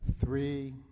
Three